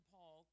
Paul